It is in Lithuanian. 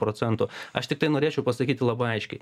procentų aš tiktai norėčiau pasakyti labai aiškiai